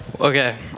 Okay